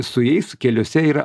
su jais keliuose yra